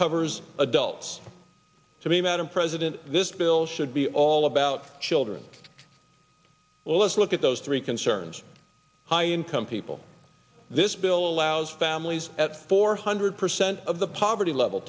covers adults to be madam president this bill should be all about children well let's look at those three concerns high income people this bill allows families at four hundred percent of the poverty level